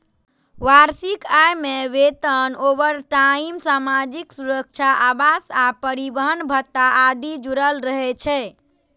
वार्षिक आय मे वेतन, ओवरटाइम, सामाजिक सुरक्षा, आवास आ परिवहन भत्ता आदि जुड़ल रहै छै